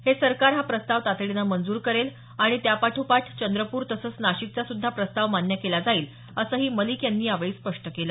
हे सरकार हा प्रस्ताव तातडीनं मंजूर करेल आणि त्यापाठोपाठ चंद्रपूर तसंच नाशिकचा सुध्दा प्रस्ताव मान्य केला जाईल असंही मलिक यांनी यावेळी स्पष्ट केलं